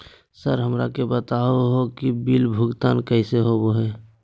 Sir हमरा के बता हो कि बिल भुगतान कैसे होबो है?